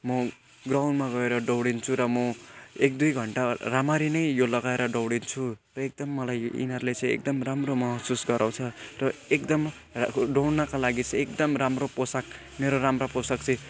म ग्राउन्डमा गएर दौडिन्छु र म एक दुई घन्टा राम्ररी नै यो लगाएर दौडिन्छु र एकदम मलाई यो यिनीहरूले चाहिँ एकदम राम्रो महसुस गराउँछ र एकदम दौडनका लागि चाहिँ एकदम राम्रो पोसाक मेरो राम्रो पोसाक चाहिँ